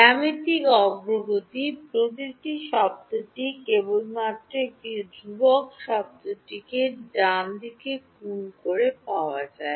জ্যামিতিক অগ্রগতি প্রতিটি শব্দটি কেবলমাত্র একটি ধ্রুবক শব্দটিকে ডানদিকে গুণ করে পাওয়া যায়